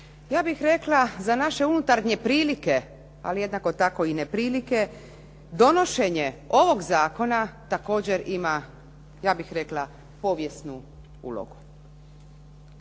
ja bih rekla za naše unutrašnje prilike, ali jednako tako i neprilike, donošenje ovog zakona također ima, ja bih rekla, povijesnu ulogu.